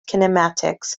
kinematics